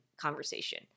conversation